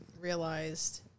realized